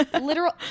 literal